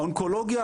האונקולוגיה,